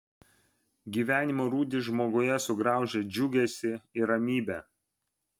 gyvenimo rūdys žmoguje sugraužia džiugesį ir ramybę